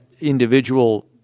individual